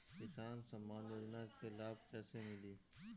किसान सम्मान योजना के लाभ कैसे मिली?